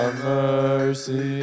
mercy